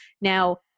Now